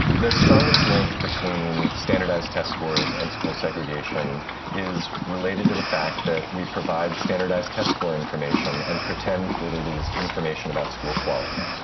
the strongest link between standardized test scores and school segregation is related to the fact that we provide standardized test score information and pretend that it is information about school quality.